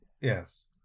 Yes